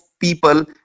People